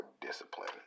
discipline